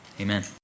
Amen